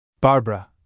Barbara